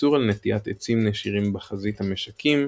איסור על נטיעת עצים נשירים בחזית המשקים,